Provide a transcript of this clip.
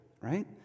right